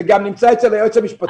זה נמצא אצל היועץ המשפטי.